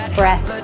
breath